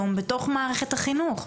יום בתוך מערכת החינוך.